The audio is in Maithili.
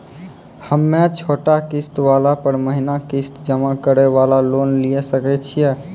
हम्मय छोटा किस्त वाला पर महीना किस्त जमा करे वाला लोन लिये सकय छियै?